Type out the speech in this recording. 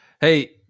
Hey